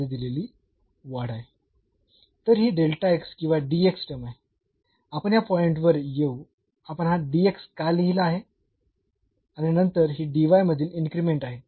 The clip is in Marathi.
तर ही किंवा टर्म आहे आपण या पॉईंट वर येऊ आपण हा का लिहला आहे आणि नंतर ही मधील इन्क्रीमेंट आहे